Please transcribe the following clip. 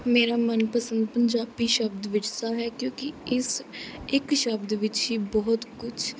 ਮੇਰਾ ਮਨਪਸੰਦ ਪੰਜਾਬੀ ਸ਼ਬਦ ਵਿਰਸਾ ਹੈ ਕਿਉਂਕਿ ਇਸ ਇੱਕ ਸ਼ਬਦ ਵਿੱਚ ਹੀ ਬਹੁਤ ਕੁਛ